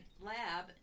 lab